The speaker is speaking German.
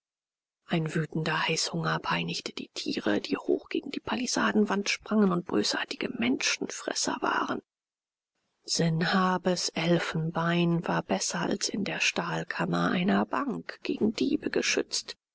ein wütender heißhunger peinigte die tiere die hoch gegen die pallisadenwand sprangen und bösartige menschenfresser waren sanhabes elfenbein war besser als in der stahlkammer einer bank gegen diebe geschützt